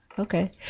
Okay